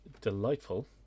delightful